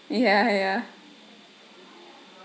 ya ya